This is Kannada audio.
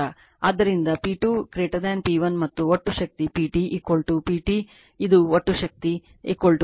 ಆದ್ದರಿಂದ P 2 P 1 ಮತ್ತು ಒಟ್ಟು ಶಕ್ತಿ PT ಇದು PT ಒಟ್ಟು ಶಕ್ತಿ P 1 P 2